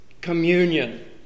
communion